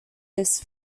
this